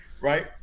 right